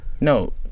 No